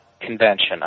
convention